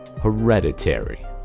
hereditary